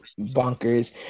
bonkers